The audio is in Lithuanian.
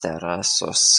terasos